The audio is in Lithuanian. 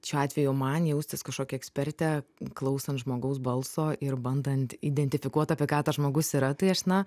šiuo atveju man jaustis kažkokia eksperte klausant žmogaus balso ir bandant identifikuot apie ką tas žmogus yra tai aš na